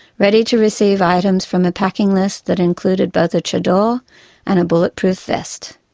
ready to receive items from a packing list that included both a chador and a bullet-proof vest.